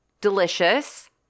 delicious